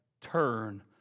turn